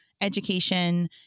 Education